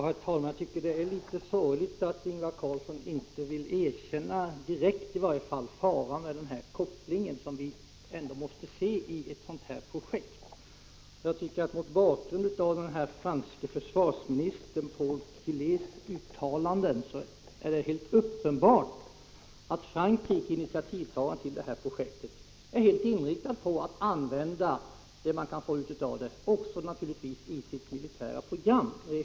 Herr talman! Jag tycker det är litet sorgligt att inte Ingvar Carlsson vill erkänna —i varje fall inte direkt — faran med den koppling som vi ändå måste se i ett sådant här projekt. Mot bakgrund av den franske försvarsministern Paul Quilés uttalanden är det uppenbart att Frankrike, initiativtagaren till projektet, är helt inriktat på att använda det man kan få ut av det här samarbetet också i sitt militära program.